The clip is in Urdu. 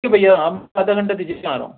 ٹھیک ہے بھیا آپ آدھا گھنٹہ دیجیے میں آ رہا ہوں